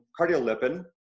cardiolipin